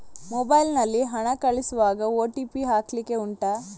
mobile ನಲ್ಲಿ ಹಣ ಕಳಿಸುವಾಗ ಓ.ಟಿ.ಪಿ ಹಾಕ್ಲಿಕ್ಕೆ ಉಂಟಾ